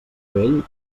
vell